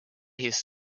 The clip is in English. his